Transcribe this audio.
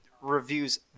reviews